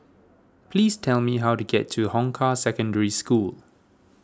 please tell me how to get to Hong Kah Secondary School